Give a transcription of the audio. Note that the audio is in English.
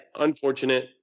unfortunate